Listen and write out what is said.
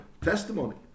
testimony